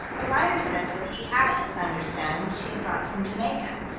a writer says that he had a thunderstone, which he had brought from jamaica.